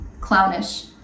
clownish